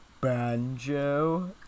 banjo